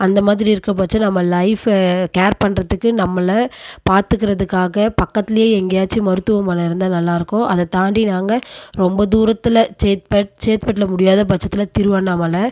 அந்த மாதிரி இருக்கிறபட்சம் நம்ம லைஃபை கேர் பண்றதுக்கு நம்மளை பார்த்துக்குறதுக்காக பக்கத்துலேயே எங்கேயாச்சும் மருத்துவமனை இருந்தால் நல்லா இருக்கும் அதைத்தாண்டி நாங்கள் ரொம்ப தூரத்தில் சேத்பட் சேத்துப்பட்ல முடியாதப்பட்சத்தில் திருவண்ணாமலை